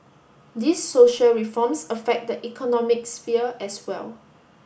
these social reforms affect the economic sphere as well